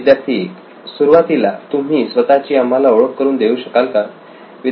विद्यार्थी 1 सुरुवातीला तुम्ही स्वतःची आम्हाला ओळख करून देऊ शकाल का